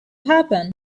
happen